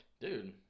Dude